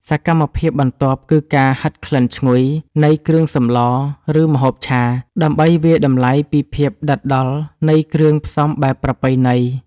សកម្មភាពបន្ទាប់គឺការហិតក្លិនឈ្ងុយនៃគ្រឿងសម្ល ឬម្ហូបឆា ដើម្បីវាយតម្លៃពីភាពដិតដល់នៃគ្រឿងផ្សំបែបប្រពៃណី។